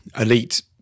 elite